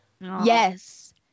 Yes